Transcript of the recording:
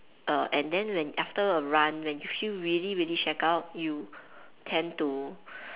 err and then when after a run when you feel really really shagged out you tend to